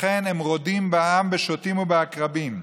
לכן הם רודים בעם בשוטים ובעקרבים.